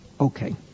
Okay